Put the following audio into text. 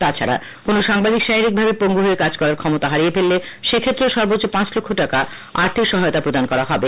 তাছাডা কোন সাংবাদিক শারীরিক ভাবে পঙ্গু হয়ে কাজ করার ক্ষমতা হারিয়ে ফেললে সে ক্ষেত্রেও সর্বোচ্চ পাঁচ লক্ষ টাকা আর্থিক সহায়তা প্রদান করা হবে